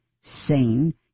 sane